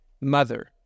mother